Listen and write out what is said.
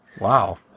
Wow